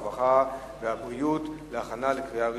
הרווחה והבריאות נתקבלה.